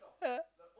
yeah